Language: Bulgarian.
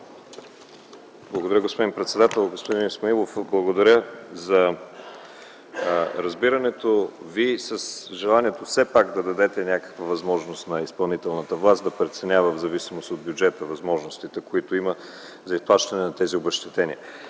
Благодаря, господин председател. Господин Исмаилов, благодаря за разбирането и желанието Ви да дадете все пак някаква възможност на изпълнителната власт да преценява в зависимост от бюджета възможностите, които има, за изплащането на тези обезщетения.